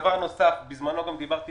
בזמנו דיברתי